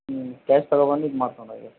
ಹ್ಞೂ ಕ್ಯಾಶ್ ತಗೊಂಬಂದು ಇದು ಮಾಡ್ಕೊಂಡು ಹೋಗಿ